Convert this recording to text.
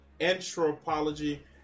anthropology